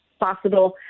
Possible